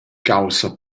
caussa